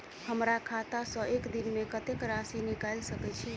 हमरा खाता सऽ एक दिन मे कतेक राशि निकाइल सकै छी